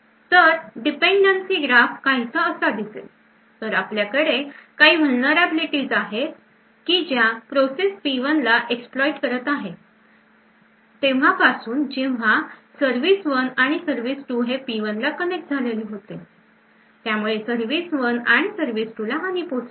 तर dependency graph काहीसा असा दिसेल तर आपल्याकडे काही vulnerabilities आहे कि ज्या प्रोसेस P1 ला exploit करत आहे तेव्हापासून जेव्हा Service1 आणि Service2 हे P1 ला कंनेक्ट झालेले होते त्यामुळे Service1 आणि Service2 ला हानी पोहोचली